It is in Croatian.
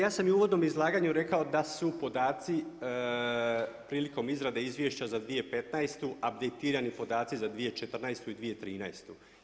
Dakle ja sam i u uvodnom izlaganju rekao da su podaci prilikom izrade izvješća za 2015. abditirani podaci za 2014. i 2013.